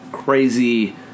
Crazy